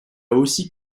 aussi